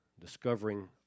discovering